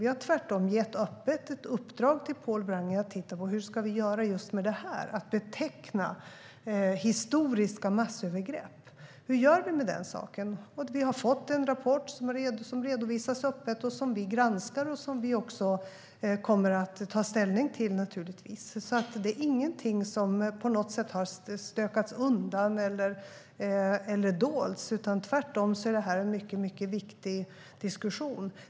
Vi har tvärtom öppet gett ett uppdrag till Pål Wrange att titta på hur vi ska beteckna historiska massövergrepp. Och vi har fått en rapport som redovisas öppet, som vi granskar och som vi naturligtvis också kommer att ta ställning till. Det här är ingenting som på något sätt har stökats undan eller dolts, utan tvärtom är det en mycket viktig diskussion.